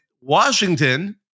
washington